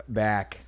back